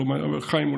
חיים,